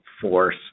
force